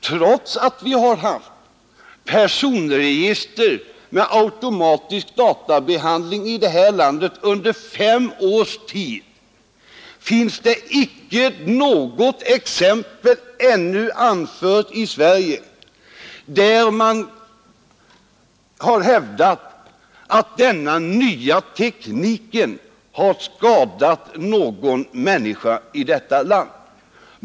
Trots att vi har haft personregister med automatisk databehandling i det här landet under fem års tid har det ännu icke anförts något exempel i Sverige där man kan hävda att denna nya teknik har skadat någon människa.